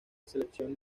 selección